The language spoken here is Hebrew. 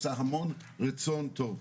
עשה המון רצון טוב,